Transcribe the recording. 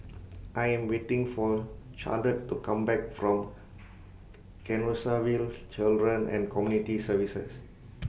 I Am waiting For Charolette to Come Back from Canossaville Children and Community Services